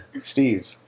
Steve